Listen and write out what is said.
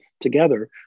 together